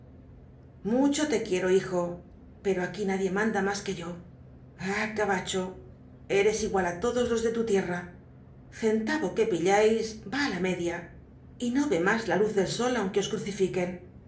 mucho te quiero hijo pero aquí nadie manda más que yo ah gabacho eres igual á todos los de tu tierra centavo que pilláis va á la media y no ve más la luz del sol aunque os crucifiquen